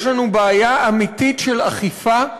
יש לנו בעיה אמיתית של אכיפה,